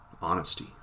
honesty